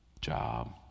job